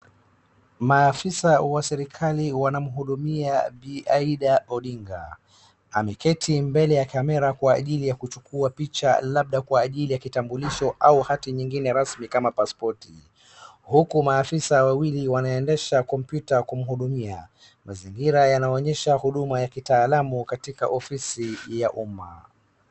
Maafisa wa serikali wanamhudumia bibi Ida Odinga. Ameketi mbele ya kamera kwa ajili ya kuchukua picha labda kwa ajili ya kitambulisho au hati nyingine rasmi kama paspoti, huku maafisa wawili wanaendesha kompyuta kumhudumia. Mazingira yanaonyesha huduma ya kitaalamu katika ofisi ya umma.